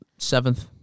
Seventh